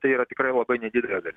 tai yra tikrai labai nedidelė dar